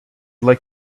like